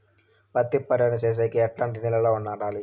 పత్తి పంట ను సేసేకి ఎట్లాంటి నేలలో నాటాలి?